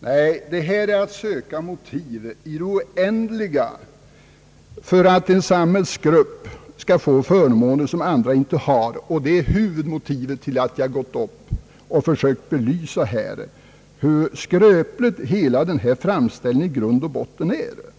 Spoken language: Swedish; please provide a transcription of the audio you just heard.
Nej, motivet till dagens krav är att söka i att vi skall ge en samhällsgrupp förmåner som andra inte har. Detta är huvudmotivet till att jag försökt att belysa, hur skröplig hela denna framställning i grund och botten är.